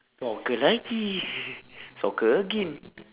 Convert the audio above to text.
soccer lagi soccer again